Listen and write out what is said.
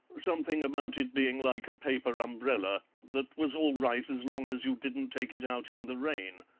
something about it being like a paper umbrella, that was all right as long as you didn't take it out in the rain.